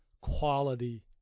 quality